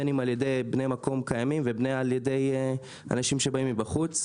בין אם על ידי בני מקום קיימים ובין אם על ידי אנשים שבאים מבחוץ.